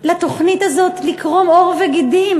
לתוכנית הזאת לקרום עור וגידים.